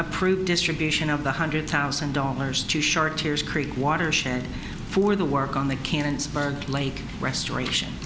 approved distribution of the hundred thousand dollars to shark tears creek watershed for the work on the can spark lake restoration